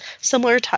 similar